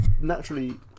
naturally